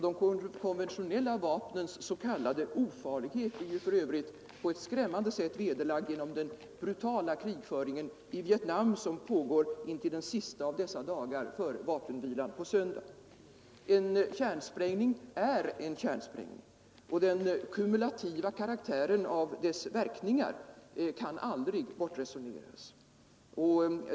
De konventionella vapnens s.k. ofarlighet är ju för övrigt på ett skrämmande sätt vederlagd genom den brutala krigföringen i Vietnam som pågår intill den sista av dessa dagar före vapenvilan på söndag. En kärnsprängning är en kärnsprängning, och den kumulativa karaktären av dess verkningar kan aldrig bortresoneras.